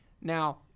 now